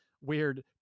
weird